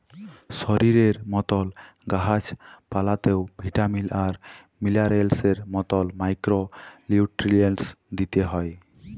শরীরের মতল গাহাচ পালাতেও ভিটামিল আর মিলারেলসের মতল মাইক্রো লিউট্রিয়েল্টস দিইতে হ্যয়